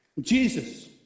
Jesus